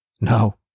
No